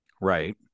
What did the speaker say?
Right